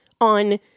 on